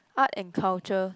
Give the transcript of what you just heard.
art and culture